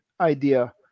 idea